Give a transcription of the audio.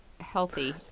healthy